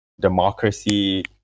democracy